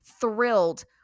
thrilled